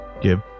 give